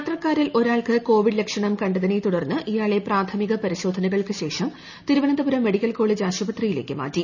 യാത്രക്കാരിൽ ഒരാൾക്ക് കോവിഡ് ലക്ഷണം കണ്ടതിനെ തുടർന്ന് ഇയാളെ പ്രാഥമിക പരിശോധനകൾക്ക് ശേഷം തിരുവനന്തപുരം മെഡിക്കൽ കോളജ് ആശുപത്രിയിലേക്ക് മാറ്റി